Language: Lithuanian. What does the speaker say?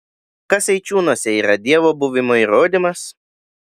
kas eičiūnuose yra dievo buvimo įrodymas